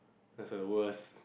that was the worst